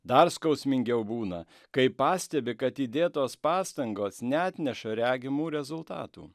dar skausmingiau būna kai pastebi kad įdėtos pastangos neatneša regimų rezultatų